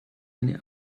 eine